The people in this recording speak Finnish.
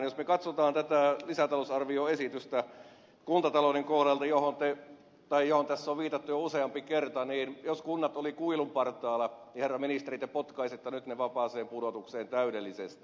jos me katsomme tätä lisätalousarvioesitystä kuntatalouden kohdalta johon tässä on viitattu jo useampi kerta niin jos kunnat olivat kuilun partaalla niin herra ministeri te potkaisette nyt ne vapaaseen pudotukseen täydellisesti